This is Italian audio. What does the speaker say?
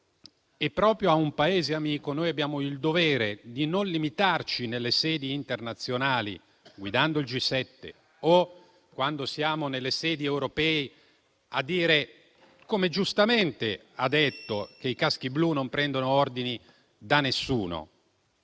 confronti di un Paese amico abbiamo il dovere di non limitarci nelle sedi internazionali, guidando il G7, o quando siamo nelle sedi europee, a dire - come lei pure ha giustamente ha detto - che i caschi blu non prendono ordini da nessuno